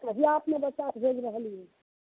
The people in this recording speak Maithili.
कहिया अपने बच्चाके भेज रहलियै